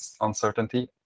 uncertainty